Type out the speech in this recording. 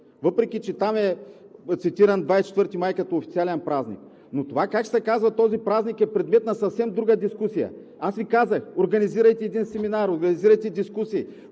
въпреки че там е цитиран 24 май като официален празник, но това как ще се казва този празник, е предвид на съвсем друга дискусия. Аз Ви казах: организирайте един семинар, организирайте дискусии